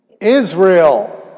Israel